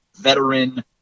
veteran